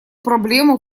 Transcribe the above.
проблему